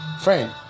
Friend